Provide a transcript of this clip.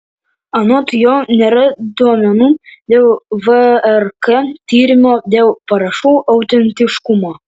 anot jo nėra duomenų dėl vrk tyrimo dėl parašų autentiškumo